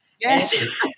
Yes